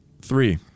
Three